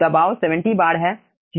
तो दबाव 70 बार है